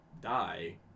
die